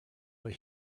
but